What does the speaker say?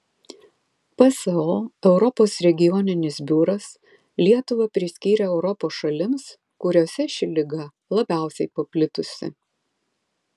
pso europos regioninis biuras lietuvą priskyrė europos šalims kuriose ši liga labiausiai paplitusi